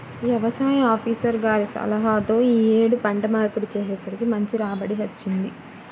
యవసాయ ఆపీసర్ గారి సలహాతో యీ యేడు పంట మార్పిడి చేసేసరికి మంచి రాబడి వచ్చింది